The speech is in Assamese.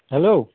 হেল্ল'